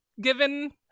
given